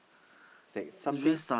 is like something